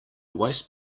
waste